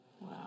Wow